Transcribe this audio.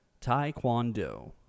Taekwondo